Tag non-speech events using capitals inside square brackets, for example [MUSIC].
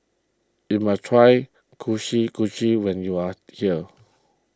you must try [UNINTELLIGIBLE] when you are here